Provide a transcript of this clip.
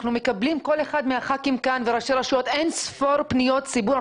כל אחד מחברי הכנסת וראשי הרשויות מקבלים אין-ספור פניות ציבור.